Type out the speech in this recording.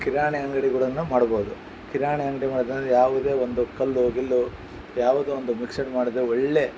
ಕಿರಾಣಿ ಅಂಗಡಿಗಳನ್ನು ಮಾಡಬೋದು ಕಿರಾಣಿ ಅಂಗಡಿ ಮಾಡಿದೆ ಅಂದರೆ ಯಾವುದೇ ಒಂದು ಕಲ್ಲು ಗಿಲ್ಲು ಯಾವುದೇ ಒಂದು ಮಿಕ್ಸ್ಡ್ ಮಾಡದೇ ಒಳ್ಳೇ